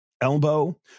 elbow